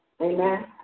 Amen